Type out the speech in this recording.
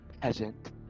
peasant